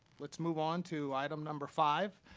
let's move on to item number five,